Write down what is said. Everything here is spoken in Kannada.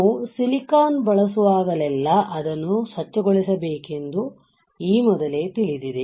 ನಾವು ಸಿಲಿಕಾನ್ ಬಳಸುವಾಗಲೆಲ್ಲಾ ಅದನ್ನು ನಾವು ಸ್ವಚ್ಛಗೊಳಿಸಬೇಕೆಂದು ನಮಗೆ ಈ ಮೊದಲೇ ತಿಳಿದಿದೆ